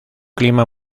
clima